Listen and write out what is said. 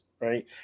right